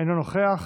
אינו נוכח,